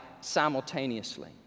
simultaneously